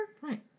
Right